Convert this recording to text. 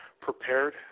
prepared